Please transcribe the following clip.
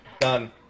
Done